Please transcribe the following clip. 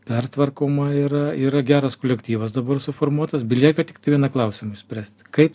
pertvarkoma yra yra geras kolektyvas dabar suformuotas belieka tik tai vieną klausimą išspręsti kaip